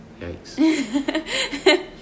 Yikes